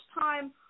time